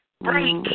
break